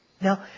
Now